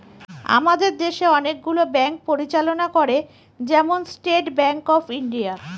আমাদের দেশে অনেকগুলো ব্যাঙ্ক পরিচালনা করে, যেমন স্টেট ব্যাঙ্ক অফ ইন্ডিয়া